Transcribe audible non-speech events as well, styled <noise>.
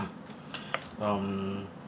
<noise> um